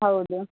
ಹೌದು